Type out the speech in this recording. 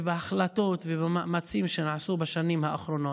בהחלטות ובמאמצים שנעשו בשנים האחרונות.